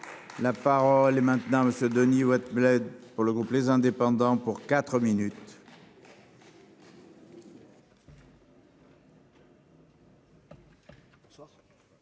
La parole est maintenant le ce Denis Wattebled pour le groupe les indépendants pour 4 minutes.